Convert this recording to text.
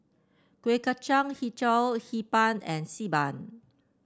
Kuih Kacang hijau Hee Pan and Xi Ban